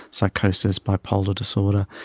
psychosis, bipolar disorder,